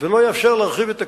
ולא יאפשר להרחיב את הכביש,